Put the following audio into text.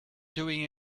doing